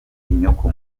inyoko